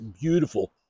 Beautiful